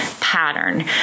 pattern